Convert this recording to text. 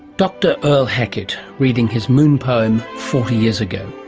dr earle hackett reading his moon poem forty years ago.